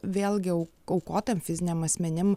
vėlgi aukota fiziniam asmenim